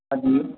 ਹਾਂਜੀ